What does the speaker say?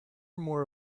more